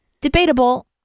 debatable